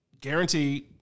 Guaranteed